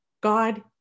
God